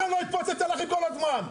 אני לא אתפוצץ עליכם כל הזמן?